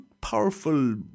powerful